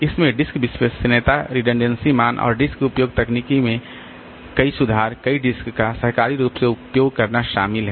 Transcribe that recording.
इसमें डिस्क विश्वसनीयता रिडण्डेंसी मान और डिस्क उपयोग तकनीकों में कई सुधार कई डिस्क का सहकारी रूप से उपयोग करना शामिल है